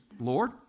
Lord